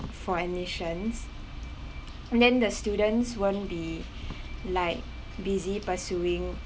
for admissions and then the students won't be like busy pursuing